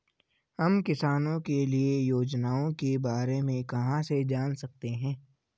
हम किसानों के लिए योजनाओं के बारे में कहाँ से जान सकते हैं?